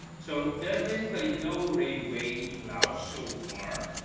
so there is basically no railway in laos so far,